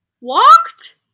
Walked